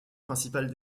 principal